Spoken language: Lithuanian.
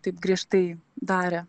taip griežtai darė